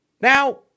Now